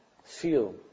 feel